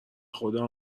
بخدا